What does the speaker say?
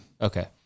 Okay